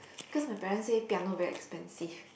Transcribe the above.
cause my parents say piano very expensive